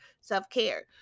self-care